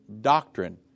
Doctrine